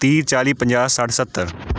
ਤੀਹ ਚਾਲੀ ਪੰਜਾਹ ਸੱਠ ਸੱਤਰ